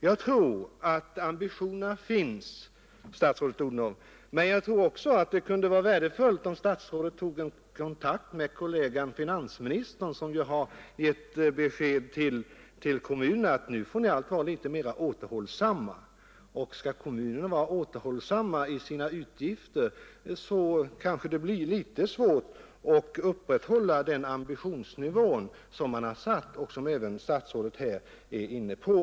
Jag tror att ambitionerna finns, statsrådet Odhnoff, men jag tror också att det kunde vara värdefullt om statsrådet tog kontakt med sin kollega finansministern, som ju har gett besked till kommunerna att de får vara litet mer återhållsamma. Skall kommunerna vara återhållsamma i sina utgifter, kanske det blir svårt att upprätthålla den ambitionsnivå som man har satt upp och som även statsrådet här har berört.